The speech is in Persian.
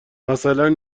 مثلا